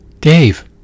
Dave